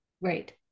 Right